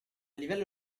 livello